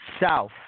south